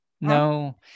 No